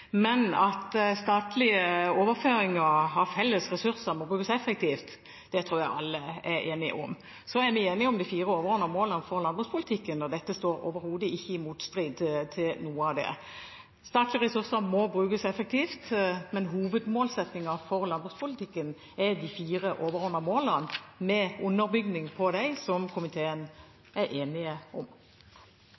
men at statlige overføringer av felles ressurser må brukes effektivt, tror jeg alle er enige om. Så er vi enige om de fire overordnede målene for landbrukspolitikken, og dette står overhodet ikke i motstrid til noe av det. Statlige ressurser må brukes effektivt, men hovedmålsettingen for landbrukspolitikken er de fire overordnede målene, med underbygging av dem, som komiteen